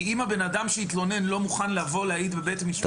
כי אם אדם שהתלונן לא מוכן לבוא להעיד בבית משפט,